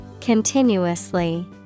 Continuously